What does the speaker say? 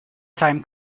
time